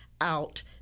out